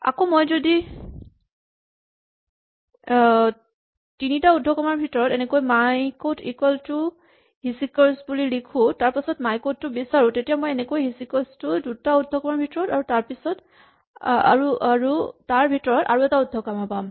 আকৌ মই যদি তিনিটা উদ্ধকমাৰ ভিতৰত এনেকৈ মাইক'ট ইকুৱেল টু ''' "হিছিকাৰ'ছ" "' বুলি লিখো তাৰপাছত মাইক'ট টো বিচাৰো তেতিয়া মই এনেকৈ ' "হিছিকাৰ'ছ" ' টো দুটা উদ্ধকমাৰ ভিতৰত আৰু তাৰ ভিতৰত আৰু এটা উদ্ধকমা পাম